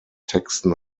texten